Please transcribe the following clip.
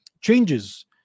changes